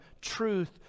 truth